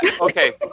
okay